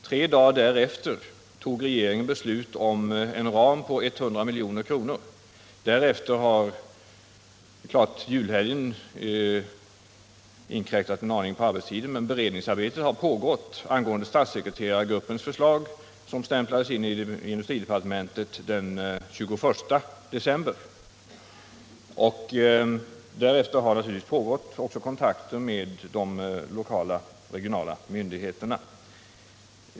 Tre dagar därefter fattade regeringen beslut om en ram på 100 milj.kr. Julhelgen har givetvis inkräktat en del på arbetstiden, men beredningsarbetet har pågått angående statssekreterargruppens förslag, som stämplades in i industridepartementet den 21 december. Sedan har kontakter tagits med de regionala myndigheterna.